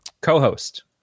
Co-host